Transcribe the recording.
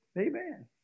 Amen